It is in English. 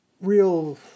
real